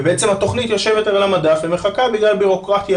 בעצם התכנית יושבת על המדף ומחכה בגלל בירוקרטיה